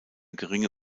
geringe